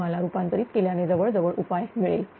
तुम्हाला रूपांतरित केल्याने जवळ जवळ उपाय मिळेल